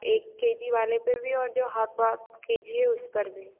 एक K G वाले पे भी और जो हाफ़ हाफ़ के जी है उस पर भी